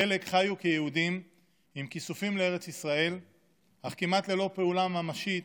חלק חיו כיהודים עם כיסופים לארץ ישראל אך כמעט ללא פעולה ממשית